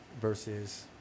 versus